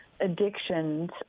addictions